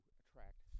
attract